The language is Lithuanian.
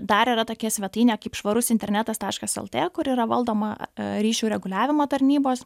dar yra tokia svetainė kaip švarus internetas taškas lt kuri yra valdoma ryšių reguliavimo tarnybos